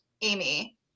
Amy